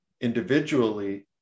individually